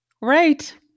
Right